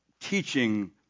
teaching